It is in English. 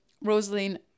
Rosaline